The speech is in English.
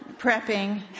prepping